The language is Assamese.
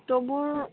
ফটোবোৰ